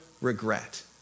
regret